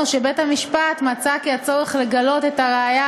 או שבית-המשפט מצא כי הצורך לגלות את הראיה